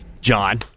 John